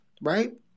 right